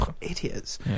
idiots